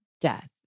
death